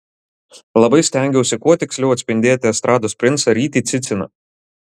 labai stengiausi kuo tiksliau atspindėti estrados princą rytį ciciną